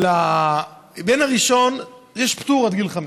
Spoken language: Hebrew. על הראשון יש פטור עד גיל חמש,